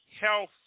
health